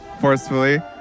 forcefully